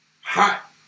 hot